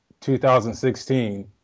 2016